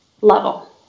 level